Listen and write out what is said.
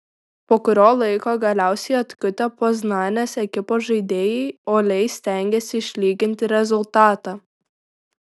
po kurio laiko galiausiai atkutę poznanės ekipos žaidėjai uoliai stengėsi išlyginti rezultatą